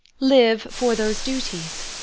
live for those duties.